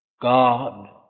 God